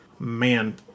man